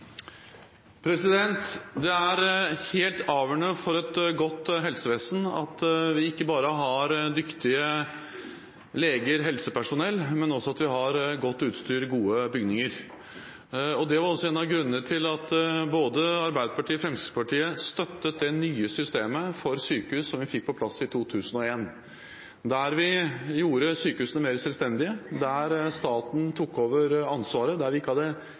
Det er helt avgjørende for et godt helsevesen at vi ikke bare har dyktige leger og helsepersonell, men at vi også har godt utstyr og gode bygninger. Det var også en av grunnene til at både Arbeiderpartiet og Fremskrittspartiet støttet det nye systemet for sykehus som vi fikk på plass i 2001, der vi gjorde sykehusene mer selvstendige, der staten tok over ansvaret – så vi ikke hadde